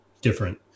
different